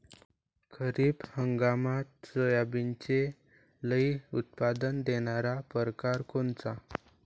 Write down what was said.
खरीप हंगामात सोयाबीनचे लई उत्पन्न देणारा परकार कोनचा?